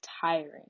tiring